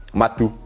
matu